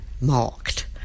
marked